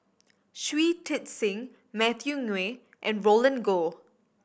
Shui Tit Sing Matthew Ngui and Roland Goh